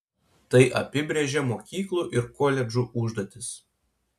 tai apibrėžia mokyklų ir koledžų užduotis